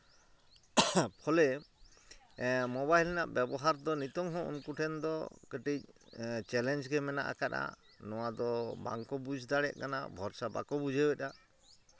ᱯᱷᱚᱞᱮ ᱢᱳᱵᱟᱭᱤᱞ ᱨᱮᱱᱟᱜ ᱵᱮᱵᱚᱦᱟᱨ ᱫᱚ ᱱᱤᱛᱳᱝ ᱦᱚᱸ ᱩᱱᱠᱩ ᱴᱷᱮᱱ ᱫᱚ ᱠᱟᱹᱴᱤᱡ ᱪᱮᱞᱮᱧᱡᱽ ᱜᱮ ᱢᱮᱱᱟᱜ ᱟᱠᱟᱫᱼᱟ ᱱᱚᱣᱟ ᱫᱚ ᱵᱟᱝᱠᱚ ᱵᱩᱡᱽ ᱫᱟᱲᱮᱭᱟᱜ ᱠᱟᱱᱟ ᱵᱷᱚᱨᱥᱟ ᱵᱟᱠᱚ ᱵᱩᱡᱷᱟᱹᱣᱮᱫᱼᱟ